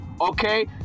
Okay